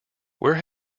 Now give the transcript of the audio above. where